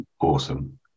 awesome